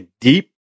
deep